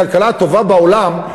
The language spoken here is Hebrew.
הכלכלה הטובה בעולם,